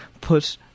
put